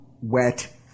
wet